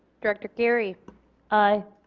director geary aye.